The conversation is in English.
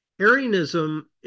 Arianism